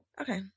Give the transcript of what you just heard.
okay